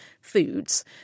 foods